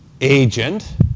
agent